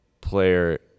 player